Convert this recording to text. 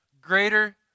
greater